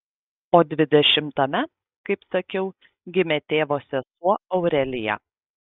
o dvidešimtame kaip sakiau gimė tėvo sesuo aurelija